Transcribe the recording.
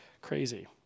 crazy